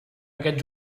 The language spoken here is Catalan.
aquest